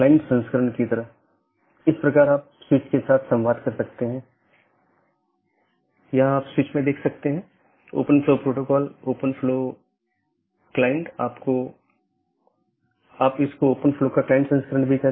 हमारे पास EBGP बाहरी BGP है जो कि ASes के बीच संचार करने के लिए इस्तेमाल करते हैं औरबी दूसरा IBGP जो कि AS के अन्दर संवाद करने के लिए है